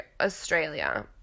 australia